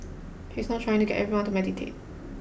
he is not trying to get everyone to meditate